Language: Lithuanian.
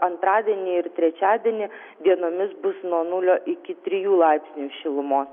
antradienį ir trečiadienį dienomis bus nuo nulio iki trijų laipsnių šilumos